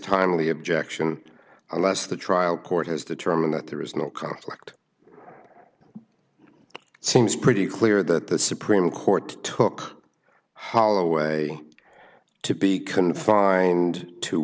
timely objection unless the trial court has determined that there is no conflict seems pretty clear that the supreme court took holloway to be confined to